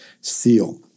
seal